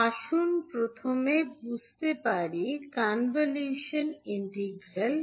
আসুন প্রথমে বুঝতে পারি কনভলিউশন ইন্টিগ্রাল কি